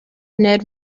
ned